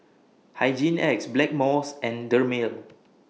Hygin X Blackmores and Dermale